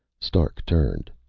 stark turned.